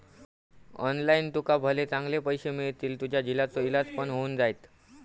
online तुका भले चांगले पैशे मिळतील, तुझ्या झिलाचो इलाज पण होऊन जायत